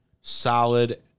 solid